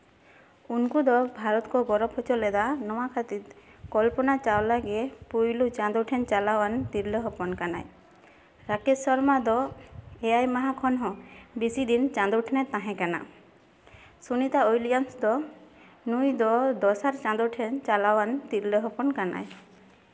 ᱩᱱᱠᱩ ᱫᱚ ᱵᱷᱟᱨᱚᱛ ᱠᱚ ᱜᱚᱨᱚᱵᱽ ᱦᱚᱪᱚ ᱞᱮᱫᱟ ᱱᱚᱣᱟ ᱠᱷᱟᱹᱛᱤᱨ ᱠᱚᱞᱯᱚᱱᱟ ᱪᱟᱣᱞᱟᱜᱮ ᱯᱚᱭᱞᱚ ᱪᱟᱸᱫᱳ ᱴᱷᱮᱱ ᱪᱟᱞᱟᱣ ᱟᱱ ᱛᱤᱨᱞᱟᱹ ᱦᱚᱯᱚᱱ ᱦᱚᱯᱚᱱ ᱠᱟᱱᱟᱭ ᱨᱟᱠᱮᱥ ᱥᱚᱨᱢᱟ ᱫᱚ ᱮᱭᱟᱭ ᱢᱟᱦᱟ ᱠᱷᱚᱱ ᱦᱚᱸ ᱵᱮᱥᱤ ᱫᱤᱱ ᱪᱟᱸᱫᱳ ᱴᱷᱮᱱ ᱮ ᱛᱟᱦᱮᱸ ᱠᱟᱱᱟ ᱥᱩᱱᱤᱛᱟ ᱩᱭᱞᱤᱭᱟᱢᱥ ᱫᱚ ᱱᱩᱭ ᱫᱚ ᱫᱚᱥᱟᱨ ᱪᱟᱸᱫᱳ ᱴᱷᱮᱱ ᱪᱟᱞᱟᱣᱟᱱ ᱛᱤᱨᱞᱟᱹ ᱦᱚᱯᱚᱱ ᱠᱟᱱᱟᱭ